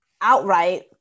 outright